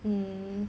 mm